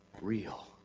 Real